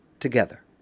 together